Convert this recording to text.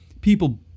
people